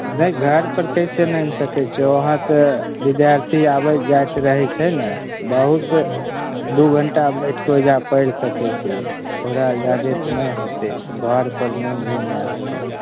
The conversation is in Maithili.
नहि घरपर कइसे ने आनि सकइ छियै वहाँसँ बिद्यार्थी आबति जाइत रहय छै ने बहुत तऽ दू घण्टा बैठिके ओइजाँ पढ़ि सकय छिही ओकरासँ जादे तऽ नहि होतय घरपर नहि जेनाइ होतय